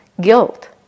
Guilt